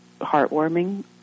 heartwarming